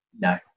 no